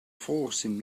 forcing